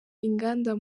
inganda